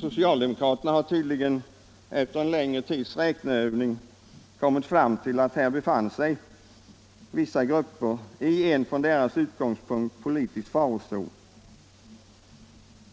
Socialdemokraterna har tydligen efter en längre tids räkneövning kommit fram till att här befann sig vissa grupper i en från deras utgångspunkt politisk farozon,